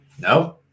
No